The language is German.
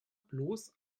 bloß